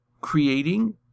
creating